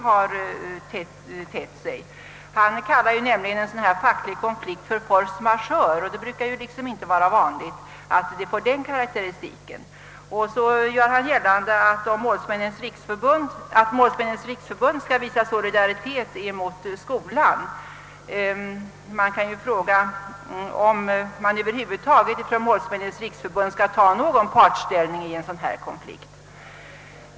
Han har kallat denna fackliga konflikt för force majeure. Det är inte vanligt att man ger en konflikt den karaktäristiken. Han har vidare hävdat, att Målsmännens riksförbund bör visa solidaritet. Mot vem? Man kan ifrågasätta, om Målsmännens riksförbund över huvud taget bör ta ställning för någon av parterna i en sådan konflikt.